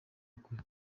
ukuri